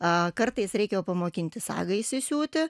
a kartais reikia pamokinti sagą įsisiūti